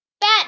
Bat